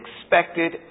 expected